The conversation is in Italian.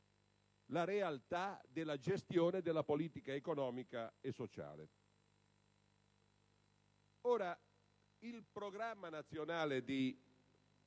la realtà della gestione della politica economica e sociale. Il Programma nazionale di